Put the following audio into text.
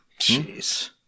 Jeez